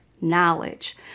knowledge